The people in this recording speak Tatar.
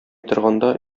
торганда